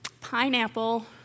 Pineapple